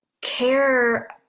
care